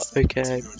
Okay